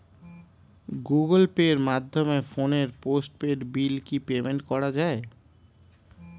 Google পের মাধ্যমে ফোনের পোষ্টপেইড বিল কি পেমেন্ট করা যায়?